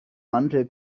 mantel